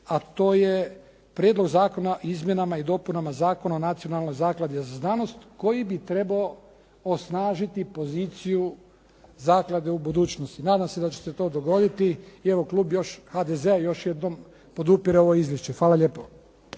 a to je Prijedlog zakona o izmjenama i dopunama Zakona o Nacionalnoj zakladi za znanost koji bi trebao osnažiti poziciju zaklade u budućnosti. Nadam se da će se to dogoditi. I evo, klub HDZ-a još jednom podupire ovo izvješće. Hvala lijepo.